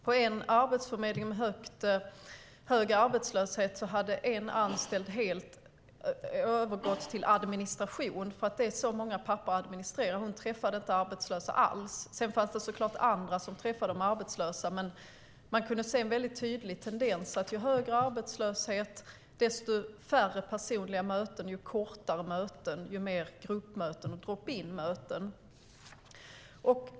På en arbetsförmedling på en ort med hög arbetslöshet hade en anställd helt övergått till administration, för det är så många papper att administrera. Hon träffade inte arbetslösa alls. Sedan fanns det såklart andra som träffade de arbetslösa, men man kunde se en tydlig tendens: ju högre arbetslöshet, desto färre personliga möten. Mötena blir kortare, och man får mer gruppmöten och drop-in-möten.